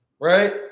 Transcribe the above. right